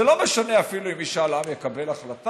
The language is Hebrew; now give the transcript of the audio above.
זה לא משנה אפילו אם במשאל עם תתקבל החלטה.